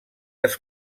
els